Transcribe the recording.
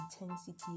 intensity